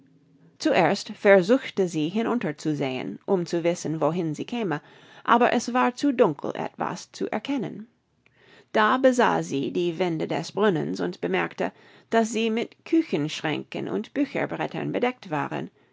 zuerst versuchte sie hinunter zu sehen um zu wissen wohin sie käme aber es war zu dunkel etwas zu erkennen da besah sie die wände des brunnens und bemerkte daß sie mit küchenschränken und bücherbrettern bedeckt waren